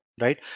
Right